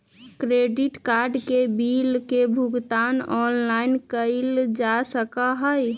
credit card के bill के भुगतान ऑनलाइन कइल जा सका हई